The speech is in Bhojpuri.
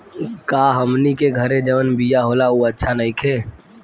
का हमनी के घरे जवन बिया होला उ अच्छा नईखे?